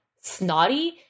snotty